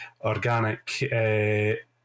organic